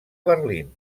berlín